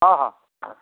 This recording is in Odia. ହଁ ହଁ